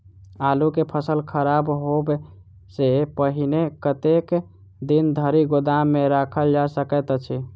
आलु केँ फसल खराब होब सऽ पहिने कतेक दिन धरि गोदाम मे राखल जा सकैत अछि?